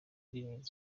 ndirimbo